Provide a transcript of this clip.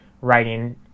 writing